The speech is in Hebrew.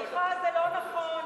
סליחה, זה לא נכון.